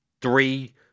three